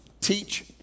teach